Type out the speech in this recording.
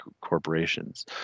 corporations